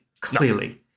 Clearly